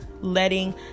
letting